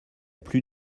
plus